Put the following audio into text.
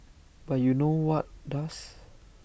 but you know what does